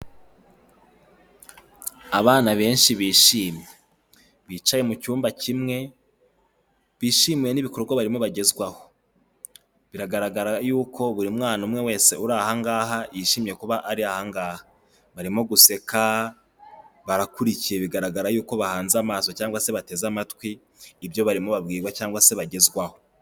Abana benshi bishimye. Bicaye mu cyumba kimwe bishimiye n'ibikorwa barimo bagezwaho biragaragara yuko buri mwana umwe wese uri aha ngaha yishimye kuba ari aha ngaha. Barimo guseka barakurikiye bigaragara yuko bahanze amaso cyangwa se bateze amatwi ibyo barimo babwirwa cyangwa se bagezwaho.